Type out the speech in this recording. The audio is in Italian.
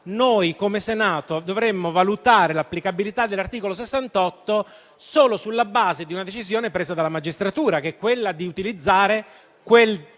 noi come Senato dovremmo valutare l'applicabilità dell'articolo 68 solo sulla base di una decisione presa dalla magistratura, che è quella di utilizzare quel